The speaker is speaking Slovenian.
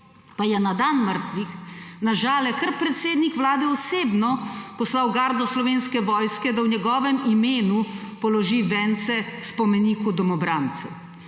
pa je na dan mrtvih na Žale kar predsednik Vlade osebno poslal gardo Slovenske vojske, da v njegovem imenu položi vence spomeniku domobrancev.